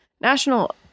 National